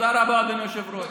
תודה רבה, אדוני היושב-ראש.